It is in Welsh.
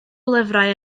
lyfrau